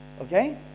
okay